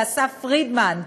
אסף פרידמן.